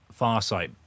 Farsight